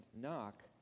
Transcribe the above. Knock